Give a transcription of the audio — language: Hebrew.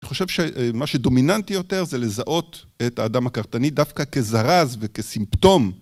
אני חושב שמה שדומיננטי יותר זה לזהות את האדם הכרטני דווקא כזרז וכסימפטום